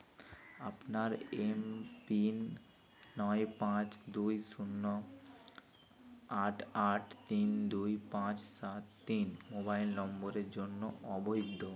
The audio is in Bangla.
আপনার এম পিন নয় পাঁচ দুই শূন্য আট আট তিন দুই পাঁচ সাত তিন মোবাইল নম্বরের জন্য অবৈধ